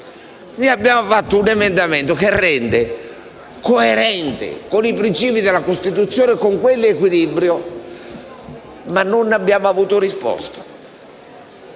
Stato. Abbiamo presentato un emendamento che rende coerente la norma con i principi della Costituzione con quell'equilibrio, ma non abbiamo avuto risposta.